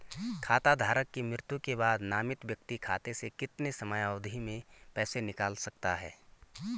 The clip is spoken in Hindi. खाता धारक की मृत्यु के बाद नामित व्यक्ति खाते से कितने समयावधि में पैसे निकाल सकता है?